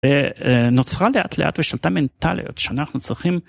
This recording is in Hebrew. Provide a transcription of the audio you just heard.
נוצרה לאט לאט ושלטה מנטליות שאנחנו צריכים.